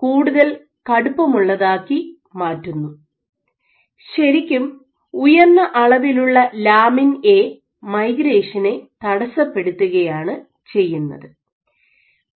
കൂടുതൽ കടുപ്പമുള്ളതാക്കി മാറ്റുന്നു ശരിക്കും ഉയർന്ന അളവിലുള്ള ലാമിൻ എ മൈഗ്രേഷനെ തടസ്സപ്പെടുത്തുകയാണ് ചെയ്യുന്നത്